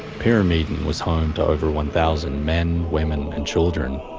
pyramiden was home to over one thousand men, women and children.